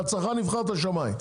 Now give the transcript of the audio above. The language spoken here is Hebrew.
שהצרכן יבחר את השמאי.